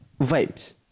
vibes